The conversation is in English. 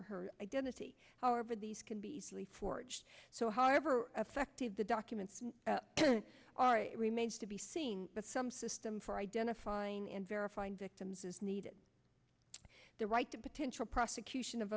or her identity however these can be easily forged so however effective the documents are it remains to be seen with some system for identifying and verifying victims is needed the right to potential prosecution of